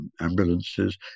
ambulances